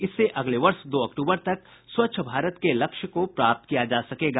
इससे अगले वर्ष दो अक्तूबर तक स्वच्छ भारत के लक्ष्य को प्राप्त किया जा सकेगा